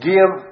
Give